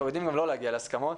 אנחנו יודעים גם לא להגיע להסכמות,